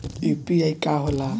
UPI का होला?